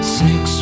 six